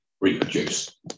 reproduce